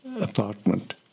apartment